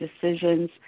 decisions